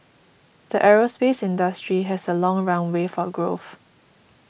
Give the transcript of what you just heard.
the aerospace industry has a long runway for growth